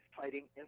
fighting